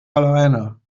alleine